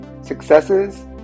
successes